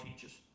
teaches